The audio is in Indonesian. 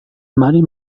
mari